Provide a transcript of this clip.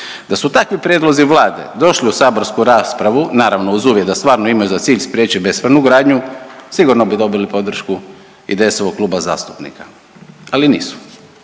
Da su takvi prijedlozi Vlade došli u saborsku raspravu naravno uz uvjet da stvarno imaju za cilj spriječiti bespravnu gradnju sigurno bi dobili podršku IDS-ovog kluba zastupnika, ali nisu.